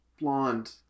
blonde